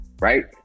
right